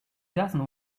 doesn’t